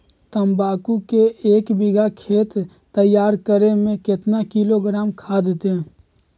तम्बाकू के एक बीघा खेत तैयार करें मे कितना किलोग्राम खाद दे?